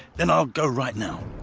then i'll go right now.